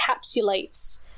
encapsulates